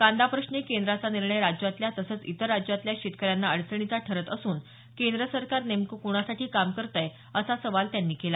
कांदा प्रश्नी केंद्राचा निर्णय राज्यातल्या तसंच इतर राज्यातल्या शेतकऱ्यांना अडचणीचा ठरत असून केंद्र सरकार नेमकं कुणासाठी काम करतंय असा सवाल त्यांनी केला